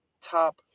top